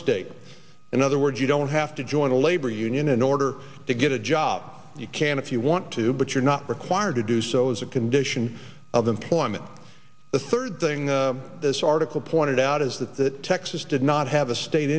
state and other words you don't have to join a labor union in order to get a job you can if you want to but you're not required to do so as a condition of employment the third thing this article pointed out is that that texas did not have a state